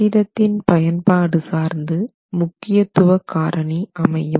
கட்டிடத்தின் பயன்பாடு சார்ந்து முக்கியத்துவ காரணி அமையும்